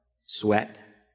sweat